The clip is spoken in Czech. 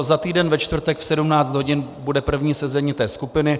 Za týden, ve čtvrtek v 17 hodin, bude první sezení skupiny.